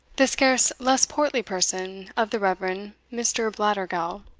the scarce less portly person of the reverend mr. blattergowl,